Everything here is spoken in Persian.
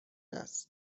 است